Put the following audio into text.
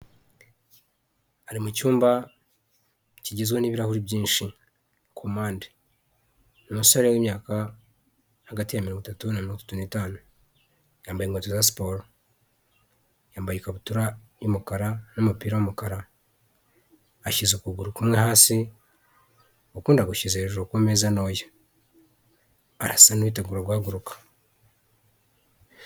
Ari mu cyumba kigizwe n'ibirahuri byinshi ku mpande, ni umusore w'imyaka hagati ya mirongo itatu na mirongo itatu n'itanu, yambaye nkweto za siporo, yambaye ikabutura y'umukara n'umupira w'umukara, ashyize ukuguru kumwe hasi ukundi agushyira hejuru ku meza ntoya, arasa n'uwiteguye guhaguruka.